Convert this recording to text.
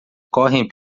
correm